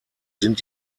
sind